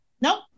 Nope